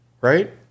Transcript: right